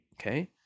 Okay